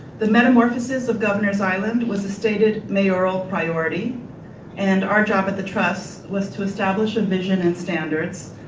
the metamorphosis of governor's island was a stated mayoral priority and our job at the trust was to establish a vision and standards,